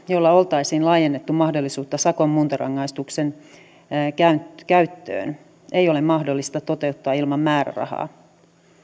jolla oltaisiin laajennettu mahdollisuutta sakon muuntorangaistuksen käyttöön ei ole mahdollista toteuttaa ilman määrärahaa